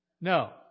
No